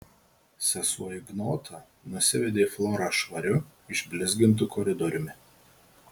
sesuo ignota nusivedė florą švariu išblizgintu koridoriumi